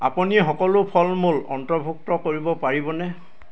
আপুনি সকলো ফল মূল অন্তৰ্ভুক্ত কৰিব পাৰিবনে